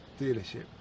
dealership